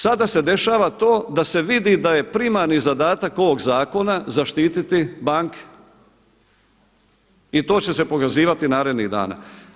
Sada se dešava to da se vidi da je primarni zadatak ovog zakona zaštititi banke i to će se pokazivati narednih dana.